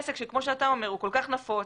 עסק שכמו שאתה אומר הוא כל כך נפוץ,